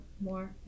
More